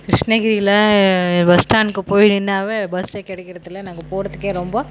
கிருஷ்ணகிரியில பஸ் ஸ்டாண்ட்க்கு போய் நின்றாவே பஸ்ஸே கிடைக்கிறது இல்லை நாங்கள் போகிறதுக்கே ரொம்ப